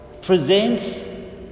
presents